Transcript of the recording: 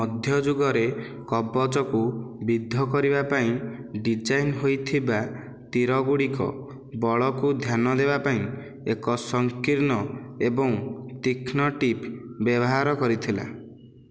ମଧ୍ୟଯୁଗରେ କବଚକୁ ବିଦ୍ଧ କରିବା ପାଇଁ ଡିଜାଇନ୍ ହୋଇଥିବା ତୀରଗୁଡ଼ିକ ବଳକୁ ଧ୍ୟାନ ଦେବା ପାଇଁ ଏକ ସଂକୀର୍ଣ୍ଣ ଏବଂ ତୀକ୍ଷ୍ଣ ଟିପ୍ ବ୍ୟବହାର କରିଥିଲା